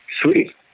Sweet